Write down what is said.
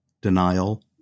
Denial